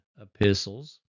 epistles